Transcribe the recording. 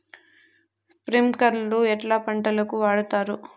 స్ప్రింక్లర్లు ఎట్లా పంటలకు వాడుతారు?